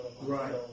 right